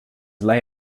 lay